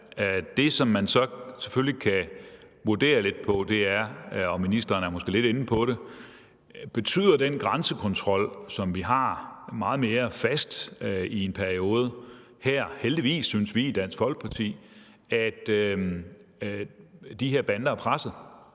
Det, man selvfølgelig kan vurdere lidt på, og ministeren er måske lidt inde på det, er, om den grænsekontrol, som vi mere fast har haft i en periode – heldigvis, synes vi i Dansk Folkeparti – har betydet, at de her bander er pressede,